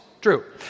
True